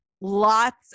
lots